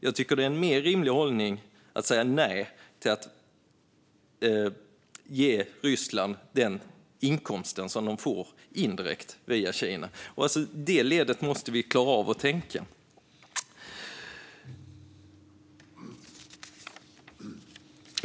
Jag tycker att det är en rimligare hållning att säga nej till att ge Ryssland den inkomsten, som de får indirekt via Kina. Vi måste klara av att tänka i det ledet.